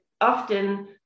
often